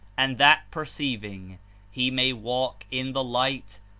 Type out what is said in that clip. and that perceiving he may walk in the light,